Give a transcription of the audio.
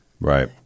Right